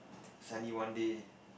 suddenly one day